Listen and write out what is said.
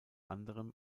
anderem